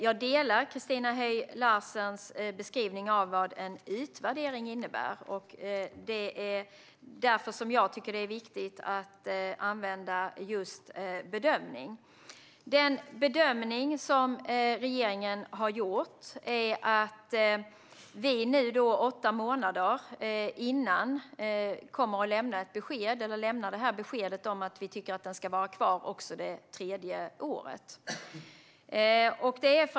Jag delar Christina Höj Larsens beskrivning av vad en utvärdering innebär, och därför tycker jag att det är viktigt att använda just "bedömning". Den bedömning som regeringen har gjort är att vi åtta månader innan lämnar ett besked om att vi tycker att lagen ska vara kvar också det tredje året.